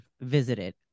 visited